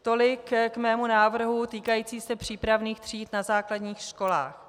Tolik k mému návrhu týkajícímu se přípravných tříd na základních školách.